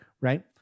right